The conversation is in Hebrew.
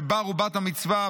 בבר ובת המצווה,